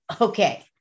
Okay